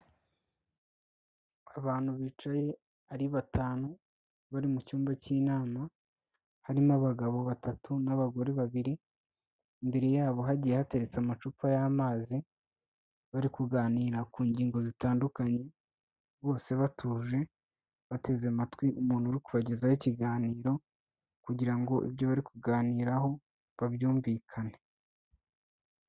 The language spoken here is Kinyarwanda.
Abantu bicaye ari batanu bari mu cyumba cy'inama, harimo abagabo batatu n'abagore babiri; imbere yabo hagiye hateretse amacupa y'amazi, bari kuganira ku ngingo zitandukanye bose batuje bateze amatwi umuntu uri kubagezaho ikiganiro, kugira ngo ibyo bari kuganiraho babyumvikane.